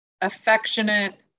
affectionate